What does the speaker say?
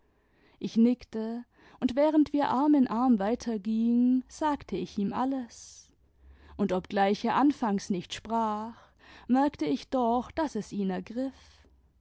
ich nickte und während wir arm in arm weitergingen sagte ich ihm alles und obgleich er anfangs nicht sprach merkte ich doch daß es ihn ergriff